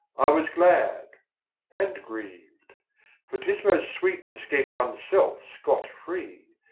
i was glad and grieved for tis most sweet to scape oneself scot-free,